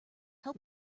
help